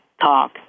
talk